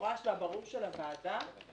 המפורש והברור של הוועדה,